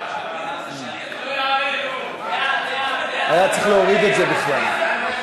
היה צריך להוריד את זה בכלל.